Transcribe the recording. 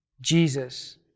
Jesus